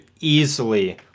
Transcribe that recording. easily